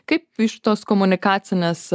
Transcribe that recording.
kaip iš tos komunikacinės